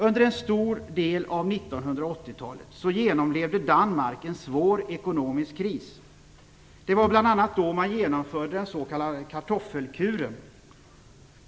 Under en stor del av 1980-talet genomlevde Danmark en svår ekonomisk kris. Det var bl.a. då man genomförde den s.k. kartoffelkuren.